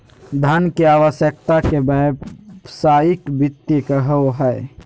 धन के आवश्यकता के व्यावसायिक वित्त कहो हइ